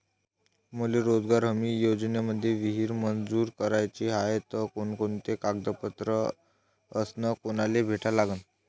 मले रोजगार हमी योजनेमंदी विहीर मंजूर कराची हाये त कोनकोनते कागदपत्र अस कोनाले भेटा लागन?